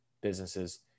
businesses